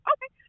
Okay